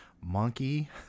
monkey